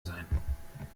sein